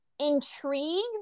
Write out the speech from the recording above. intrigued